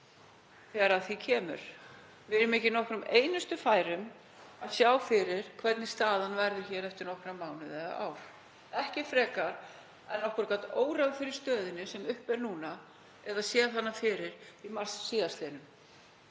þegar að því kemur. Við erum ekki í nokkrum einustu færum að sjá fyrir hvernig staðan verður eftir nokkra mánuði eða ár, ekki frekar en okkur gat órað fyrir stöðunni sem uppi er núna eða séð hana fyrir í mars síðastliðnum.